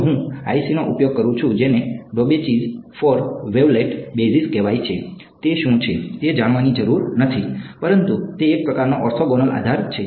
જો હું IC નો ઉપયોગ કરું છું જેને ડૌબેચીઝ 4 વેવલેટ બેસિસ કહેવાય છે તે શું છે તે જાણવાની જરૂર નથી પરંતુ તે એક પ્રકારનો ઓર્થોગોનલ આધાર છે